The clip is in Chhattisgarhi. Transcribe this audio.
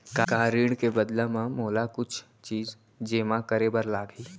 का ऋण के बदला म मोला कुछ चीज जेमा करे बर लागही?